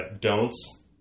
don'ts